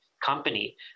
company